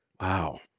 Wow